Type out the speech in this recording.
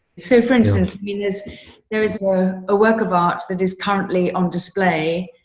so, for instance means there is more a work of art that is currently on display,